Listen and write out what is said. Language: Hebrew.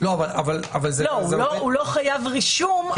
הוא לא חייב רישום,